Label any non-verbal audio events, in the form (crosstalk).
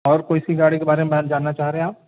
اور کوئی سی گاڑی کے بارے میں (unintelligible) جاننا چاہ رہے ہیں آپ